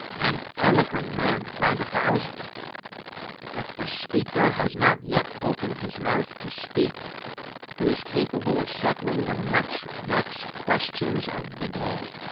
and eloquent men, by the thousand but the speaker has not yet opened his mouth to speak who is capable of settling the much-vexed questions of the day.